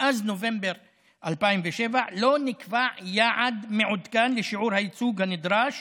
מאז נובמבר 2007 לא נקבע יעד מעודכן לשיעור הייצוג הנדרש